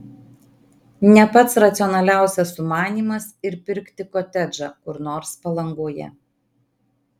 ne pats racionaliausias sumanymas ir pirkti kotedžą kur nors palangoje